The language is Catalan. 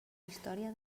història